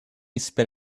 spit